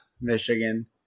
Michigan